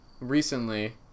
recently